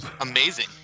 Amazing